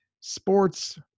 sports